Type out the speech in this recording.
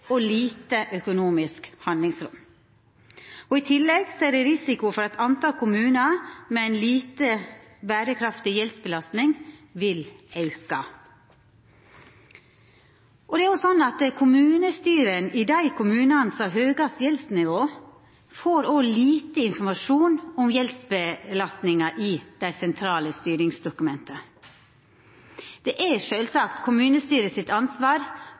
og lite økonomisk handlingsrom. I tillegg er det risiko for at talet på kommunar med ei lite berekraftig gjeldsbelastning vil auka. Kommunestyra i dei kommunane som har høgast gjeldsnivå, får òg lite informasjon om gjeldsbelastninga i dei sentrale styringsdokumenta. Det er sjølvsagt kommunestyra sitt ansvar